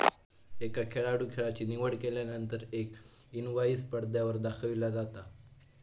एका खेळाडूं खेळाची निवड केल्यानंतर एक इनवाईस पडद्यावर दाखविला जाता